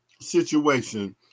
situation